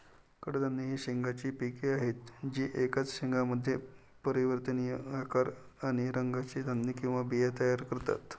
कडधान्ये ही शेंगांची पिके आहेत जी एकाच शेंगामध्ये परिवर्तनीय आकार आणि रंगाचे धान्य किंवा बिया तयार करतात